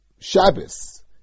Shabbos